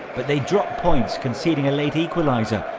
but they drop points, conceding a late equaliser,